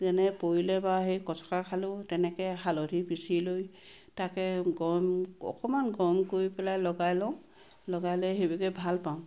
যেনে পৰিলে বা এই কচকা খালেও এনেকৈ হালধি পিচি লৈ তাকে গৰম অকণমান গৰম কৰি পেলাই লগাই লওঁ লগাই লৈ সেইভাগে ভাল পাওঁ